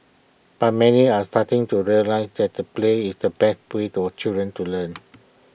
but many are starting to realize that the play is the best way to our children to learn